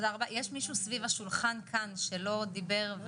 יש מישהו סביב השולחן כאן שלא דיבר,